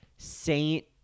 Saint